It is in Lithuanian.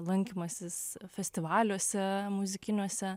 lankymasis festivaliuose muzikiniuose